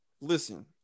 Listen